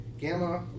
Gamma